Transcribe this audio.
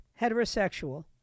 heterosexual